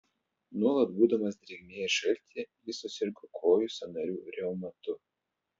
nuolat būdamas drėgmėje ir šaltyje jis susirgo kojų sąnarių reumatu